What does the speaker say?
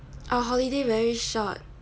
our holiday very short